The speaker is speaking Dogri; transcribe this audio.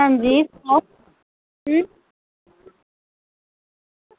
अंजी अं